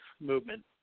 movement